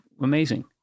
amazing